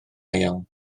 iawn